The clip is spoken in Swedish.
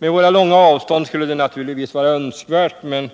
Med våra långa avstånd skulle det naturligtvis vara önskvärt, men